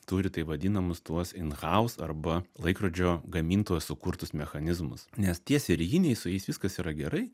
turi taip vadinamus tuos inhaus arba laikrodžio gamintojo sukurtus mechanizmus nes tie serijiniai su jais viskas yra gerai